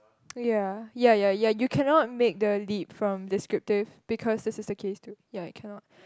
ya ya ya ya you cannot make the leap from descriptive because this is a case too ya cannot